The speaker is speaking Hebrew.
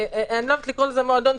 אני לא אוהבת לקרוא לזה מועדון,